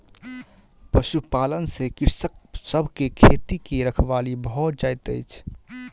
पशुपालन से कृषक सभ के खेती के रखवाली भ जाइत अछि